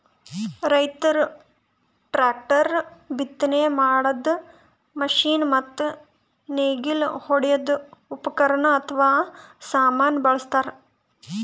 ರೈತರ್ ಟ್ರ್ಯಾಕ್ಟರ್, ಬಿತ್ತನೆ ಮಾಡದ್ದ್ ಮಷಿನ್ ಮತ್ತ್ ನೇಗಿಲ್ ಹೊಡ್ಯದ್ ಉಪಕರಣ್ ಅಥವಾ ಸಾಮಾನ್ ಬಳಸ್ತಾರ್